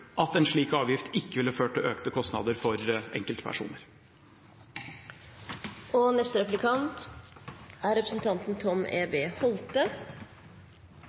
at en slik avgift ikke ville ført til økte kostnader for enkeltpersoner. Spørsmålet mitt er